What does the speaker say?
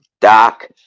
Doc